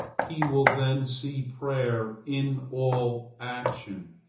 he will then see prayer in all action.